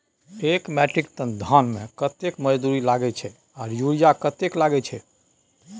एक metric ton धान में कतेक मजदूरी लागे छै आर यूरिया कतेक लागे छै?